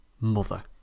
Mother